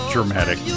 Dramatic